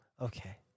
okay